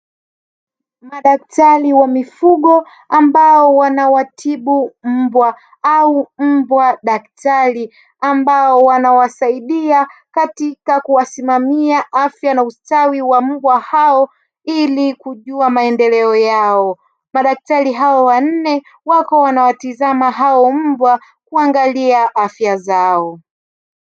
Madaktari wa mifugo ambao wanawatibu mbwa au mbwa daktari; ambao wanawasaidia katika kuwasimamia afya na ustawi wa mbwa hao ili kujua maendeleo yao. Madaktari hao wanne wako wanawatizama hao mbwa kuangalia afya zao.